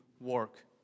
work